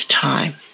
time